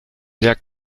der